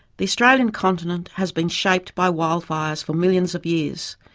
the australian continent has been shaped by wildfires for millions of years.